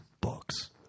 books